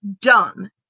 dumb